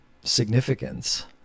significance